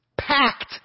packed